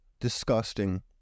disgusting